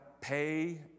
pay